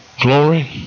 Glory